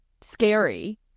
scary